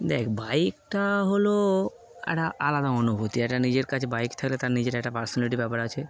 দেখ বাইকটা হলো একটা আলাদা অনুভূতি একটা নিজের কাছে বাইক থাকলে তার নিজের একটা পার্সোনালিটি ব্যাপার আছে